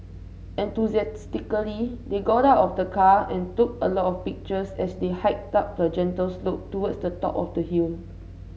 enthusiastically they got out of the car and took a lot of pictures as they hiked up a gentle slope towards the top of the hill